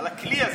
על הכלי הזה